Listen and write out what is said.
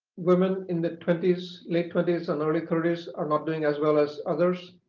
women in their twenties late twenties and early thirty s are not doing as well as others,